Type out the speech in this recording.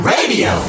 Radio